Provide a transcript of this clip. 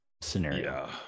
scenario